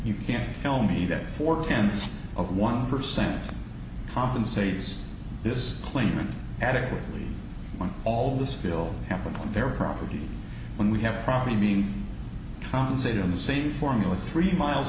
you can't tell me that four cans of one percent compensates this claimant adequately on all this feel half of their property when we have probably being compensated in the same formula three miles